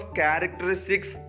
characteristics